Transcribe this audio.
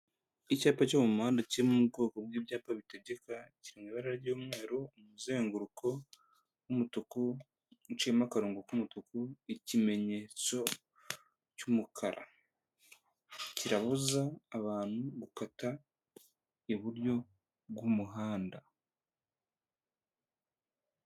Icyapa cyo mu muhanda kiri mu bwoko bw'ibyapa bitegeka, kiri mu ibara ry'umweru, umuzenguruko w'umutuku uciyemo akarongo k'umutuku, ikimenyetso cy'umukara. Kirabuza abantu gukata iburyo bw'umuhanda.